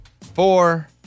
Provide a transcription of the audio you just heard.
four